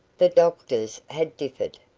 the doctors had differed,